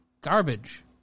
garbage